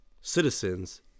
citizens